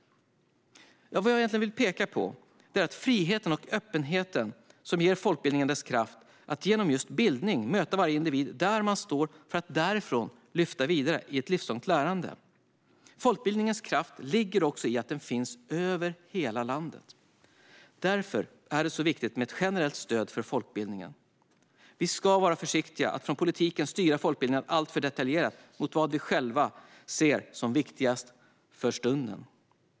Vad jag vill peka på är friheten och öppenheten som ger folkbildningen dess kraft att genom just bildning möta varje individ där den står för att därifrån lyfta den vidare in i ett livslångt lärande. Folkbildningens kraft ligger också i att den finns över hela landet. Därför är det viktigt med ett generellt stöd för folkbildningen. Vi i politiken ska vara försiktiga med att styra folkbildningen alltför detaljerat mot vad vi själva ser som viktigast för stunden.